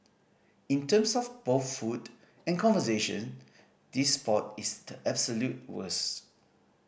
in terms of both food and conversation this spot is the absolute worst